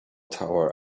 tower